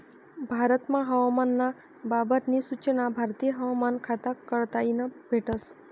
भारतमा हवामान ना बाबत नी सूचना भारतीय हवामान खाता कडताईन भेटस